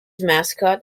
mascot